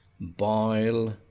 boil